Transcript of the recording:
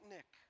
Nick